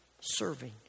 serving